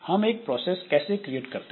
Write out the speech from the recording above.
हम एक प्रोसेस कैसे क्रिएट करते हैं